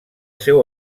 seu